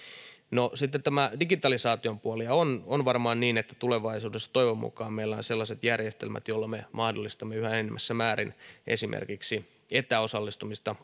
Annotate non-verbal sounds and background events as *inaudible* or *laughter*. no sitten tämä digitalisaation puoli on varmaan niin että tulevaisuudessa toivon mukaan meillä on sellaiset järjestelmät joilla me mahdollistamme yhä enenevässä määrin esimerkiksi etäosallistumista *unintelligible*